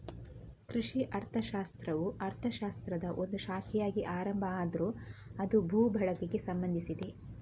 ಕೃಷಿ ಅರ್ಥಶಾಸ್ತ್ರವು ಅರ್ಥಶಾಸ್ತ್ರದ ಒಂದು ಶಾಖೆಯಾಗಿ ಆರಂಭ ಆದ್ರೂ ಅದು ಭೂ ಬಳಕೆಗೆ ಸಂಬಂಧಿಸಿದೆ